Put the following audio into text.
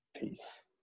Peace